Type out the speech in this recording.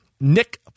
Nick